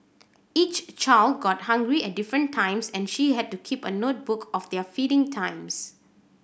each child got hungry at different times and she had to keep a notebook of their feeding times